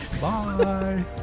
Bye